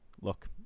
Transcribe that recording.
look